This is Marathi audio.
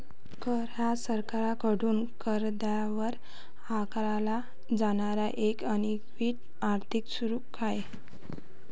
कर हा सरकारकडून करदात्यावर आकारला जाणारा एक अनिवार्य आर्थिक शुल्क आहे